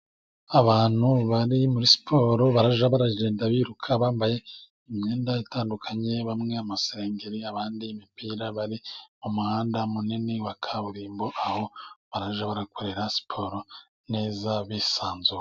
Abantu bare muri siporo bajya bagenda biruka bambaye imyenda itandukanye bamwe amasengeri, abandi imipira bari mu muhanda munini wa kaburimbo aho barajya bakorera siporo neza bisanzuye.